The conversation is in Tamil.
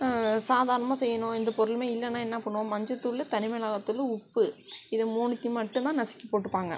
சாதாரணமாக செய்யணும் எந்த பொருளுமே இல்லைன்னா என்ன பண்ணுவோம் மஞ்சத்தூள் தனிமிளகாத்தூளு உப்பு இது மூணுத்தையும் மட்டும்தான் நசுக்கி போட்டுப்பாங்க